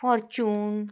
fortune